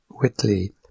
whitley